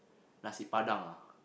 Nasi Padang